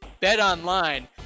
BetOnline